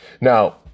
Now